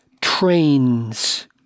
trains